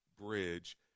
Bridge